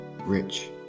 rich